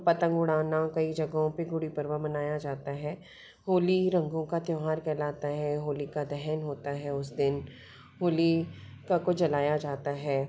पतंग उड़ाना कई जगहों पर गुड़ी पर्व मनाया जाता है होली रंगों का त्यौहार कहलाता है होलिका दहन होता है उस दिन होलीका को जलाया जाता है